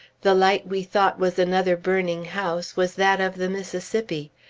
the light we thought was another burning house was that of the mississippi.